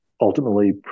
ultimately